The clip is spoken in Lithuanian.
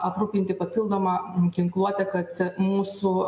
aprūpinti papildoma ginkluote kad mūsų